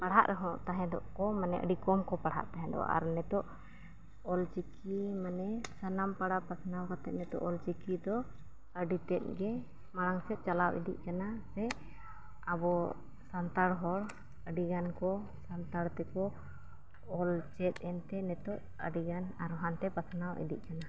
ᱯᱟᱲᱦᱟᱜ ᱨᱮᱦᱚᱸ ᱛᱟᱦᱮᱸᱫᱚᱜ ᱠᱚ ᱢᱟᱱᱮ ᱟᱹᱰᱤ ᱠᱚᱢᱠᱚ ᱯᱟᱲᱦᱟᱜ ᱛᱟᱦᱮᱫᱚᱜᱼᱟ ᱟᱨ ᱱᱤᱛᱚᱜ ᱚᱞᱪᱤᱠᱤ ᱢᱟᱱᱮ ᱥᱟᱱᱟᱢ ᱯᱟᱲᱟ ᱯᱟᱥᱱᱟᱣ ᱠᱟᱛᱮ ᱱᱤᱛᱚᱜ ᱚᱞᱪᱤᱠᱤ ᱫᱚ ᱟᱹᱰᱤᱛᱮᱫ ᱜᱮ ᱢᱟᱲᱟᱝ ᱥᱮᱫ ᱪᱟᱞᱟᱣ ᱤᱫᱤᱜ ᱠᱟᱱᱟ ᱥᱮ ᱟᱵᱚ ᱥᱟᱱᱛᱟᱲ ᱦᱚᱲ ᱟᱹᱰᱤᱜᱟᱱ ᱠᱚ ᱥᱟᱱᱛᱟᱲ ᱛᱮᱠᱚ ᱚᱞ ᱪᱮᱫ ᱮᱱᱛᱮ ᱱᱤᱛᱚᱜ ᱟᱰᱤᱜᱟᱱ ᱟᱨᱦᱚᱸ ᱦᱟᱱᱛᱮ ᱯᱟᱥᱱᱟᱣ ᱤᱫᱤᱜ ᱠᱟᱱᱟ